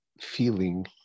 feeling